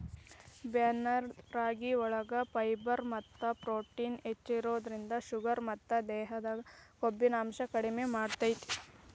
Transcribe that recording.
barnyard ರಾಗಿಯೊಳಗ fibre ಮತ್ತ protein ಹೆಚ್ಚಿರೋದ್ರಿಂದ ಶುಗರ್ ಮತ್ತ ದೇಹದಾಗ ಕೊಬ್ಬಿನಾಂಶ ಕಡಿಮೆ ಮಾಡ್ತೆತಿ